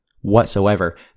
Whatsoever